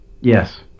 Yes